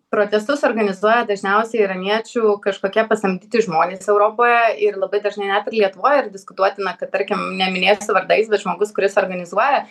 protestus organizuoja dažniausiai iraniečių kažkokie pasamdyti žmonės europoje ir labai dažnai net ir lietuvoj yra diskutuotina kad tarkim neminėsiu vardais bet žmogus kuris organizuoja